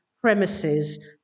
premises